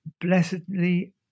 blessedly